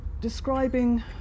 describing